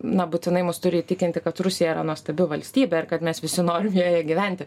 na būtinai mus turi įtikinti kad rusija yra nuostabi valstybė ir kad mes visi norim joje gyventi